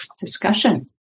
discussion